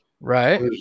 Right